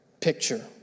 picture